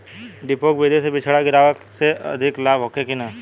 डेपोक विधि से बिचड़ा गिरावे से अधिक लाभ होखे की न?